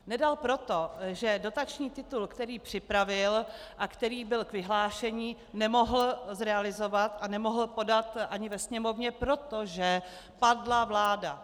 Nedal proto, že dotační titul, který připravil a který byl k vyhlášení, nemohl zrealizovat a nemohl podat ani ve Sněmovně, protože padla vláda.